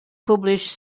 published